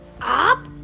up